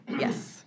Yes